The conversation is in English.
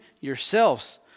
yourselves